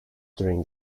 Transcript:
during